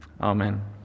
Amen